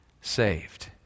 saved